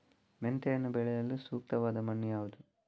ಮೆಂತೆಯನ್ನು ಬೆಳೆಯಲು ಸೂಕ್ತವಾದ ಮಣ್ಣು ಯಾವುದು?